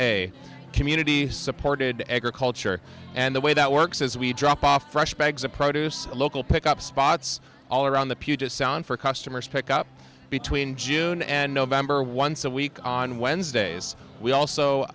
a community supported agriculture and the way that works as we drop off fresh bags of produce local pick up spots all around the puget sound for customers pick up between june and november once a week on wednesdays we also